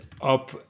up